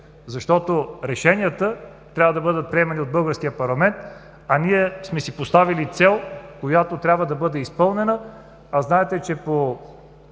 защото решенията трябва да бъдат приемани от българския парламент, а ние сме си поставили цел, която трябва да бъде изпълнена,